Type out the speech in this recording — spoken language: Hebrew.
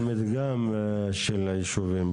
זה מדגם של היישובים.